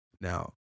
Now